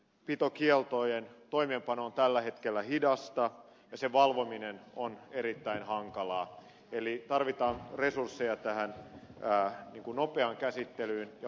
eläintenpitokieltojen toimeenpano on tällä hetkellä hidasta ja niiden valvominen on erittäin hankalaa eli tarvitaan resursseja tähän nopeaan käsittelyyn ja valvontaan